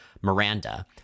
Miranda